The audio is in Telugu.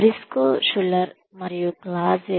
బ్రిస్కో షులర్ మరియు క్లాజ్Briscoe Schuler and Claus